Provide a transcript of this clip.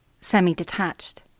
semi-detached